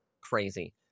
crazy